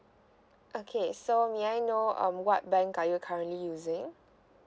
okay so may I know um what bank are you currently using